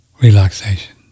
relaxation